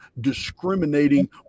discriminating